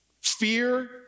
Fear